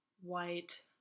white